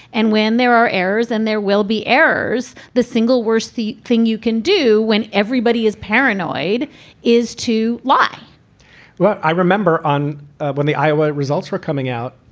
and when there are errors and there will be errors. the single worst thing you can do when everybody is paranoid is to lie well, i remember on when the iowa results were coming out.